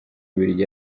bubiligi